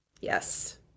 Yes